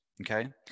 Okay